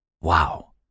Wow